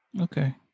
Okay